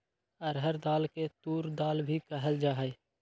अरहर दाल के तूर दाल भी कहल जाहई